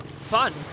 Fun